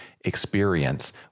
experience